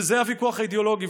וזה הוויכוח האידיאולוגי.